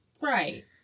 Right